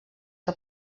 que